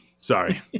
Sorry